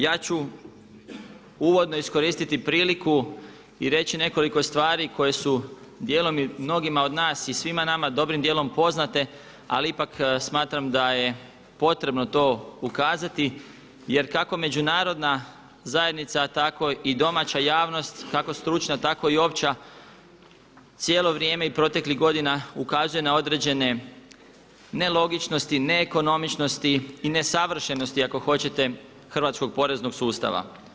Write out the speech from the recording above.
Ja ću uvodno iskoristiti priliku i reći nekoliko stvari koje su dijelom i mnogima od nas i svima nama dobrim dijelom poznate ali ipak smatram da je potrebno to ukazati jer kako međunarodna zajednica a tako i domaća javnost, kako stručna, tako i opća cijelo vrijeme i proteklih godina ukazuje na određene nelogičnosti, neekonomičnosti i nesavršenosti ako hoćete hrvatskog poreznog sustava.